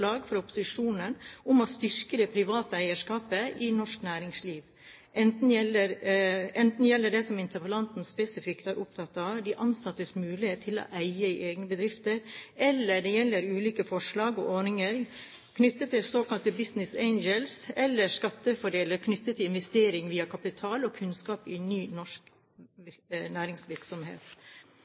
opposisjonen om å styrke det private eierskapet i norsk næringsliv, enten det gjelder det som interpellanten spesifikt er opptatt av, de ansattes mulighet til å eie i egen bedrift, eller det gjelder ulike forslag og ordninger knyttet til såkalte business angels eller skattefordeler med hensyn til investeringer via kapital og kunnskap i ny norsk næringsvirksomhet.